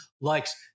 likes